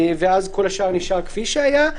וכל השאר נשאר כפי שהיה.